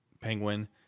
Penguin